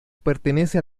pertenece